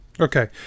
Okay